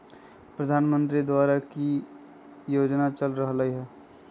प्रधानमंत्री द्वारा की की योजना चल रहलई ह?